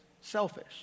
selfish